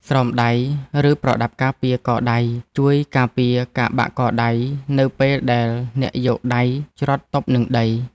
ស្រោមដៃ ឬប្រដាប់ការពារកដៃ ជួយការពារការបាក់កដៃនៅពេលដែលអ្នកយកដៃជ្រត់ទប់នឹងដី។